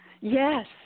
Yes